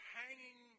hanging